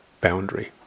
boundary